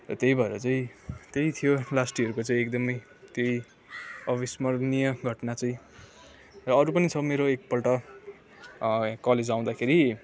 त्यही भएर चाहिँ त्यही थियो लास्ट इयरको चाहिँ एकदमै त्यही अविस्मरणीय घटना चाहिँ र अरू पनि छ मेरो एकपल्ट कलेज आउँदाखेरि